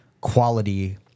quality